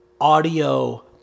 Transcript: audio